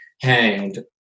hanged